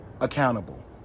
accountable